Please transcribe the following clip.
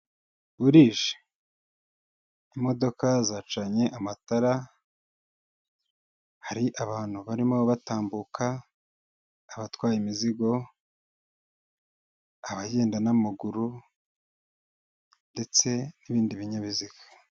Burije! Imodoka zacanye amatara, hari abantu barimo batambuka: abatwaye imizigo, abagenda n'amaguru, ndetse n'ibindi binyabiziga.